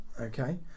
Okay